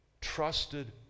trusted